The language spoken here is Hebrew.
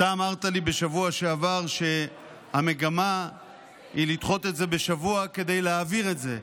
אתה אמרת לי בשבוע שעבר שהמגמה היא לדחות את זה בשבוע כדי להעביר את זה,